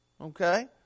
okay